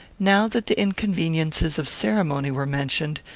now that the inconveniences of ceremony were mentioned,